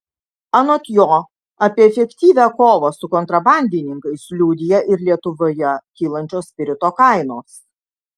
anot jo apie efektyvią kovą su kontrabandininkais liudija ir lietuvoje kylančios spirito kainos